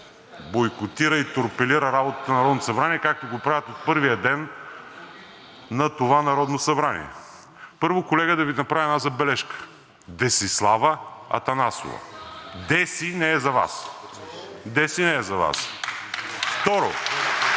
бойкотира и торпилира работата на Народното събрание, както го правят от първия ден на това Народно събрание. Колега, първо, да Ви направя една забележка: Десислава Атанасова. Деси не е за Вас. Деси не е за Вас!